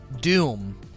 Doom